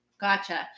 Gotcha